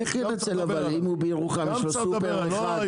אבל איך ינצל אם הוא בירוחם ויש לו סופר אחד?